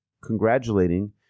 congratulating